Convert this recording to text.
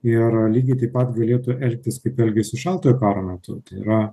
ir lygiai taip pat galėtų elgtis kaip elgėsi šaltojo karo metu yra